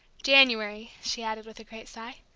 january! she added, with a great sigh.